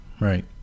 right